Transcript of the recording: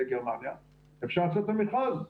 אפשר לעשות את המכרז.